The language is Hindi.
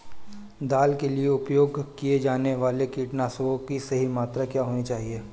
दाल के लिए उपयोग किए जाने वाले कीटनाशकों की सही मात्रा क्या होनी चाहिए?